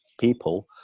people